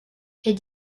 est